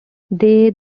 they